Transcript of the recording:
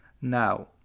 Now